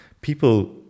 people